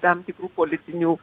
tam tikrų politinių